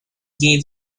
gave